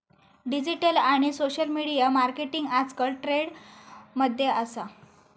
digital आणि social media marketing आजकल trend मध्ये असा